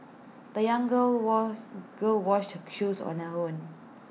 the young girl was girl washed her shoes on her own